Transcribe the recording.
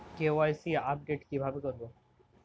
KYC update কিভাবে করবো?